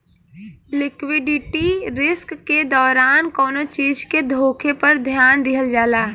liquidity risk के दौरान कौनो चीज के होखे पर ध्यान दिहल जाला